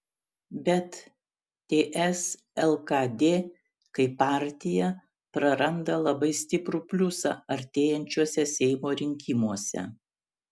bet ts lkd kaip partija praranda labai stiprų pliusą artėjančiuose seimo rinkimuose